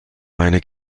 eine